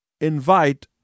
invite